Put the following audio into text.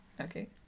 okay